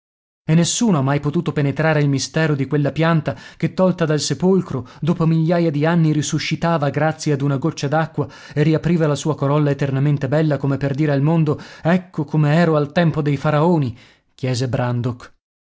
e nessuno ha mai potuto penetrare il mistero di quella pianta che tolta dal sepolcro dopo migliaia di anni risuscitava grazie ad una goccia d'acqua e riapriva la sua corolla eternamente bella come per dire al mondo ecco come ero al tempo dei faraoni chiese brandok